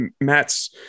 Matt's